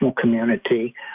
community